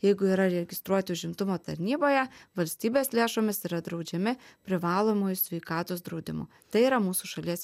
jeigu yra registruoti užimtumo tarnyboje valstybės lėšomis yra draudžiami privalomuoju sveikatos draudimu tai yra mūsų šalies